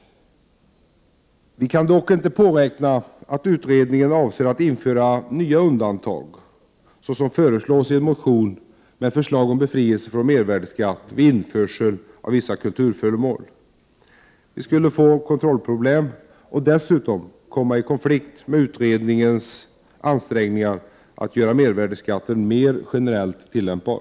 Vi kan dock inte påräkna att utredningen avser att föreslå nya undantag, såsom föreslås i en motion om befrielse från mervärdeskatt vid införsel av vissa kulturföremål. Vi skulle få kontrollproblem och dessutom komma i konflikt med utredningens ansträngningar att göra mervärdeskatten mer generellt tillämpbar.